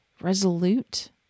resolute